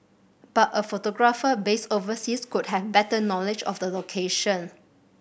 but a photographer based overseas could have better knowledge of the location